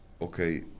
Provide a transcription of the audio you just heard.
okay